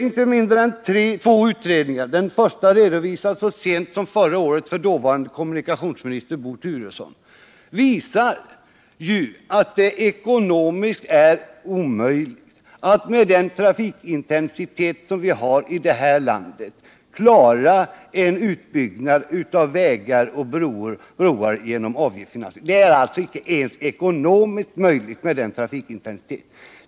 Inte mindre än två utredningar — den första redovisades så sent som förra året för den dåvarande kommunikationsministern Bo Turesson — visar att det är ekonomiskt omöjligt att med den trafikintensitet som vi har i det här landet klara en utbyggnad av vägar och broar genom avgiftsfinansiering.